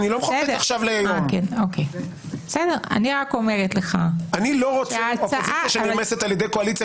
אני לא רוצה אופוזיציה שנרמסת על ידי קואליציה